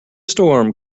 storm